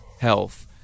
health